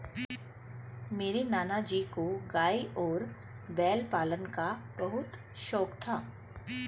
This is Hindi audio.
मेरे नाना जी को गाय तथा बैल पालन का बहुत शौक था